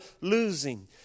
losing